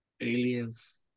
aliens